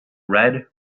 red